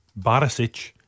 Barisic